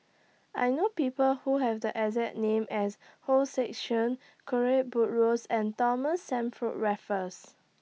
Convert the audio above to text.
I know People Who Have The exact name as Hong Sek Chern Buttrose and Thomas Stamford Raffles